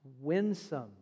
winsome